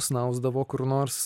snausdavo kur nors